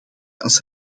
als